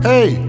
Hey